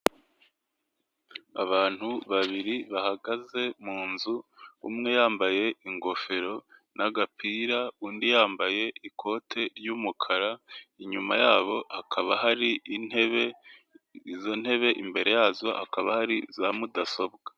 Abantu babiri bahagaze mu nzu, umwe yambaye ingofero n'agapira, undi yambaye ikote ry'umukara, inyuma yabo hakaba hari intebe, izo ntebe imbere yazo hakaba hari za mudasobwa.